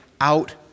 out